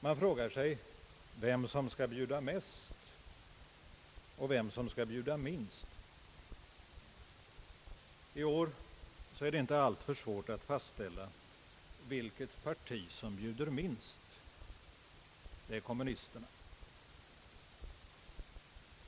Man frågar sig vem som skall bjuda mest och vem som skall bjuda minst. I år är det inte alltför svårt att fastställa vilket parti som bjuder minst. Det är kommunisterna.